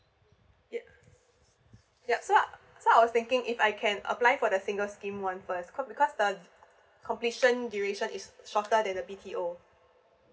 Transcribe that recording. ye~ yup so so I was thinking if I can apply for the single scheme one first cause because the completion duration is shorter than the B_T_O